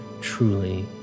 truly